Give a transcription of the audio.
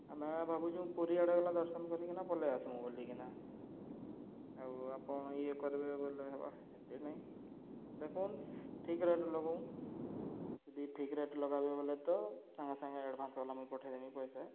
ଆମେ ଭାବୁଚୁଁ ପୁରୀ ଆଡ଼େ ଗଲା ଦର୍ଶନ କରିକିନା ପଲେଇ ଆସ୍ମୁୁ ବଲିକିନା ଆଉ ଆପଣ୍ ଇଏ କର୍ବେ ବେଲେ ହେବା ହେତେ ନାଇଁ ଦେଖୁନ୍ ଠିକ୍ ରେଟ୍ ଲଗଉନ୍ ଯଦି ଠିକ୍ ରେଟ୍ ଲଗାବେ ବଲେ ତ ସାଙ୍ଗେ ସାଙ୍ଗେ ଆଡ଼ଭାନ୍ସ ଗଲା ମୁଇଁ ପଠେଇଦେମି ପଏସା